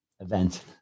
event